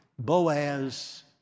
Boaz